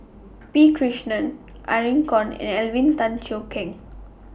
P Krishnan Irene Khong and Alvin Tan Cheong Kheng